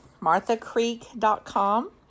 marthacreek.com